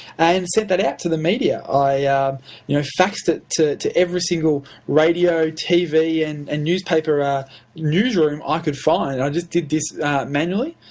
i and sent that out to the media. i you know faxed it to to every single radio, tv and newspaper ah newsroom ah i could find. i just did this manually.